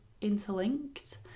interlinked